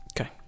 Okay